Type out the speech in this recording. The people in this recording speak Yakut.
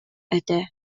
этэ